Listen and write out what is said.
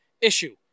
issue